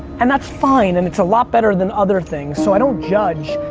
and that's fine and it's a lot better than other things. so i don't judge.